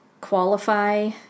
qualify